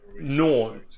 No